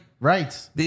Right